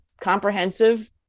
comprehensive